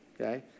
okay